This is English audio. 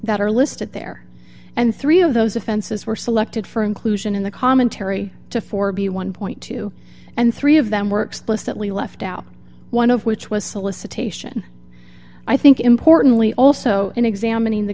that are listed there and three of those offenses were selected for inclusion in the commentary to four b one point two and three of them were explicitly left out one of which was solicitation i think importantly also in examining the